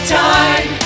time